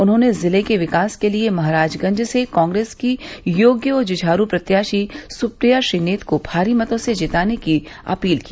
उन्होंने जिले के विकास के लिये महराजगंज से कांग्रेस की योग्य व जुझारू प्रत्याशी सुप्रिया श्रीनेत को भारी मतों से जिताने की अपील की